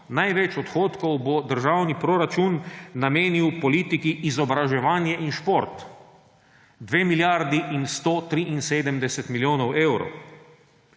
največ odhodkov bo državni proračun namenil politiki Izobraževanje in šport 2 milijardi in 173 milijonov evrov.